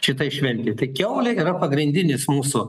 šitai šventei tai kiaulė yra pagrindinis mūsų